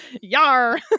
yar